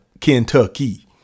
Kentucky